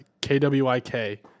K-W-I-K